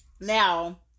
Now